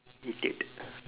idiot